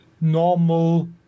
normal